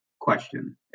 question